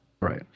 Right